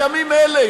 בימים אלה,